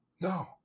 No